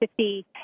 50